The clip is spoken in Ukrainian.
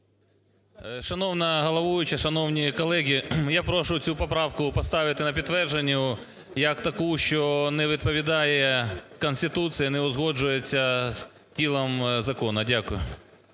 Шановна головуюча, шановні колеги, я прошу цю поправку поставити на підтвердження як таку, що не відповідає Конституції, не узгоджується з тілом закону. Дякую.